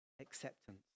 acceptance